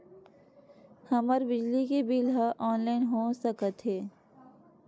हमर बिजली के बिल ह ऑनलाइन हो सकत हे?